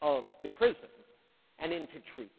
of the prisons and into treatment.